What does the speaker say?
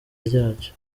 ryacyo